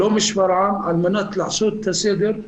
לא משפרעם, על מנת לעשות סדר,